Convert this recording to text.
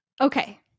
Okay